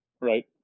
Right